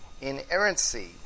inerrancy